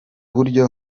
buryo